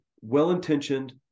Well-intentioned